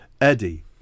Eddie